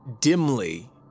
dimly